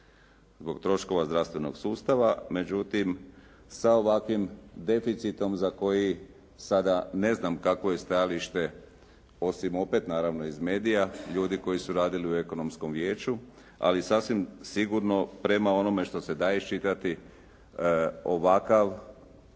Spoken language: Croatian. Zbog troškova zdravstvenog sustava, međutim sa ovakvim deficitom za koji sada ne znam kakvo je stajalište osim opet naravno iz medija, ljudi koji su radili u Ekonomskom vijeću, ali sasvim sigurno prema onome što se da iščitati, ovakav